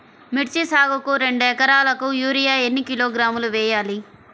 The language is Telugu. మిర్చి సాగుకు రెండు ఏకరాలకు యూరియా ఏన్ని కిలోగ్రాములు వేయాలి?